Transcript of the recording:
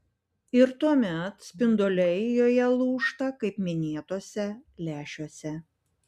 ir tuomet spinduliai joje lūžta kaip minėtuose lęšiuose